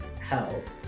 help